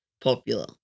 popular